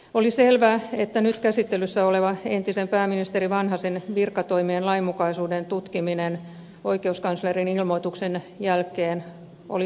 oli selvää että nyt käsittelyssä oleva entisen pääministeri vanhasen virkatoimen lainmukaisuuden tutkiminen oikeuskanslerin ilmoituksen jälkeen oli aiheellista